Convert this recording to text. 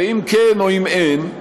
ואם כן או אם אין,